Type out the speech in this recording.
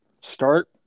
start